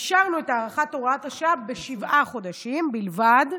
אישרנו את הארכת הוראת השעה בשבעה חודשים בלבד,